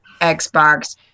Xbox